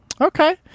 okay